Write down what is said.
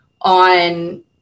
on